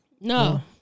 No